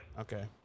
Okay